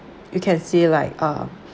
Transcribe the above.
you can see like uh